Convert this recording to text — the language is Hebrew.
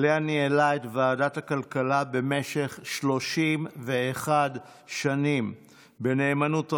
לאה ניהלה את ועדת הכלכלה במשך 31 שנים בנאמנות רבה.